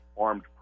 armed